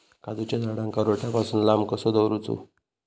काजूच्या झाडांका रोट्या पासून लांब कसो दवरूचो?